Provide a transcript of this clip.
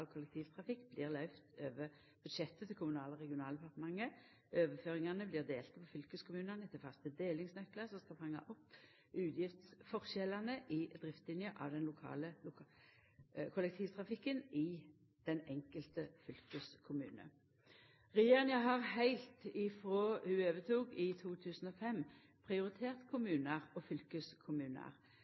kollektivtrafikk blir løyvde over budsjettet til Kommunal- og regionaldepartementet. Overføringane blir delte på fylkeskommunane etter faste delingsnøklar som skal fanga opp utgiftsskilnadene i driftinga av den lokale kollektivtrafikken i den enkelte fylkeskommunen. Regjeringa har heilt frå ho overtok i 2005, prioritert kommunar og fylkeskommunar